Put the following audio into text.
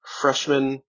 freshman